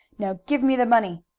now give me the money!